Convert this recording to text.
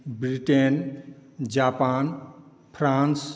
Britain Japan France